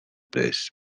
plays